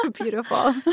Beautiful